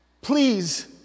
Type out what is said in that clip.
Please